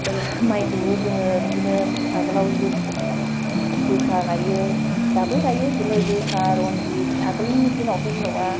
माइखौबो जोङो बिदिनो आगोलाव जोसा गायोमोन दाबो गायो बिदिनो जोसा रनजित आगोलनि दिनावथ' जेन'बा